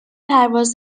پرواز